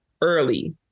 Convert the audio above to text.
early